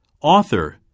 Author